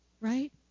right